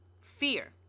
fear